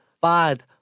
bad